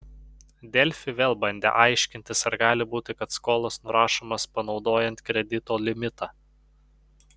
delfi vėl bandė aiškintis ar gali būti kad skolos nurašomos panaudojant kredito limitą